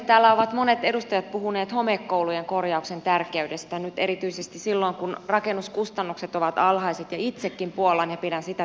täällä ovat monet edustajat puhuneet homekoulujen korjauksen tärkeydestä erityisesti silloin kun rakennuskustannukset ovat alhaiset ja itsekin puollan ja pidän sitä tärkeänä